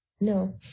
No